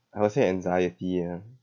I would say anxiety ah